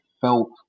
felt